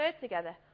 together